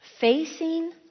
facing